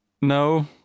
No